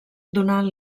donant